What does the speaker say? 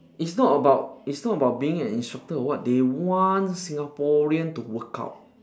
it's not about it's not about being an instructor or what they want Singaporean to work out